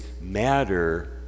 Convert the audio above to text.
matter